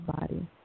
body